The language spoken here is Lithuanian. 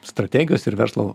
strategijos ir verslo